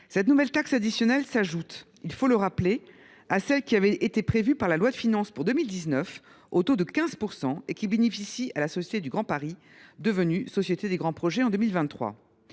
Cette nouvelle taxe additionnelle s’ajoute – il faut le rappeler – à celle qui avait été prévue par la loi de finances pour 2019, au taux de 15 %, et qui bénéficie à la Société du Grand Paris, devenue Société des grands projets en 2023.